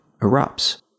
Erupts